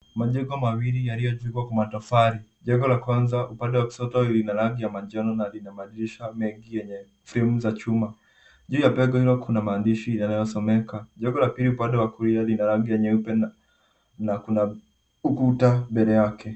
Majengo mawili yaliyojengwa kwa matofali. Jengo la kwanza upande wa kushoto lina rangi ya manjano na lina madirisha mengi yenye fremu za chuma. Juu ya jengo hilo kuna maandishi inayosomeka. Jengo la pili upande wa kulia lina rangi nyeupe na kuna ukuta mbele yake.